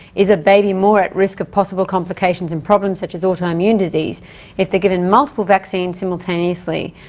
is a baby more at risk of possible complications and problems such as autoimmune disease if they're given multiple vaccines simultaneously?